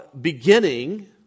beginning